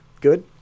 good